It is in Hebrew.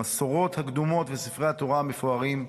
המסורות הקדומות וספרי התורה המפוארים.